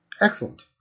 Excellent